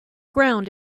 ground